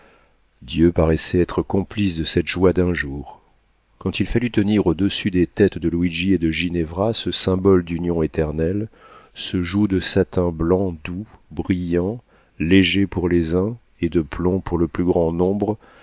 dieu paraissait être complice de cette joie d'un jour quand il fallut tenir au-dessus des têtes de luigi et de ginevra ce symbole d'union éternelle ce joug de satin blanc doux brillant léger pour les uns et de plomb pour le plus grand nombre